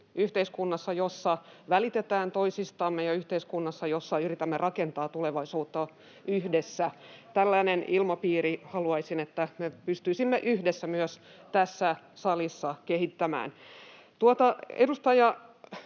yhteiskunnassa, jossa välitetään toisistamme, ja yhteiskunnassa, jossa yritämme rakentaa tulevaisuutta yhdessä. Haluaisin, että me pystyisimme tällaisen ilmapiirin yhdessä myös tässä salissa kehittämään.